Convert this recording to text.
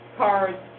cars